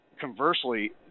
Conversely